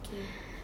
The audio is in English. okay